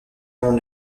monde